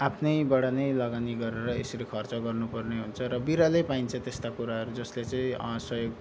आफ्नैबाट नै लगानी गरेर यसरी खर्च गर्नुपर्ने हुन्छ र बिरलै पाइन्छ त्यस्ता कुराहरू जसले चाहिँ सहयोग